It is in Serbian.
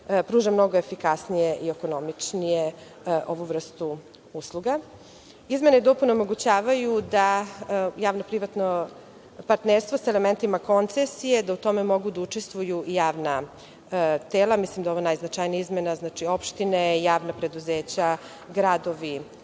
pruža mnogo efikasnije i ekonomičnije ovu vrstu usluga. Izmene i dopune omogućavaju da javno-privatno partnerstvo sa elementima koncesije, da u tome mogu da učestvuju javna tela, mislim da je ovo najznačajnija izmena, znači opštine, javna preduzeća, gradovi